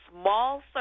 small